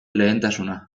lehentasuna